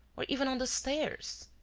or even on the stairs!